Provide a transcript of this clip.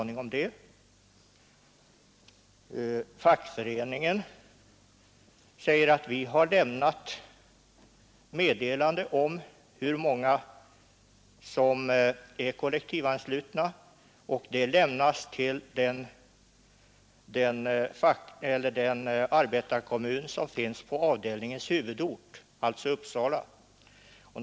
I fackföreningen sade man att man hade lämnat meddelande till arbetarkommunen på avdelningens huvudort — i detta fall Uppsala — om hur många som var kollektivanslutna.